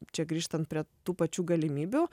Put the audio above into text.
čia grįžtant prie tų pačių galimybių